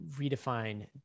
redefine